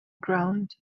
ground